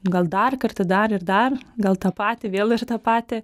gal dar kartą dar ir dar gal tą patį vėl ir tą patį